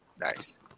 Nice